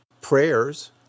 prayers